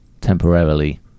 temporarily